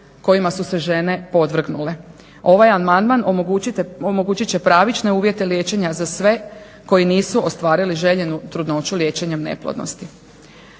kojima su se žene podvrgnule.đ Ovaj amandman omogućit će pravične uvjete liječenja za sve koji nisu ostvarili željenu trudnoću liječenjem neplodnosi.